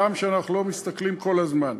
גם כשאנחנו לא מסתכלים כל הזמן.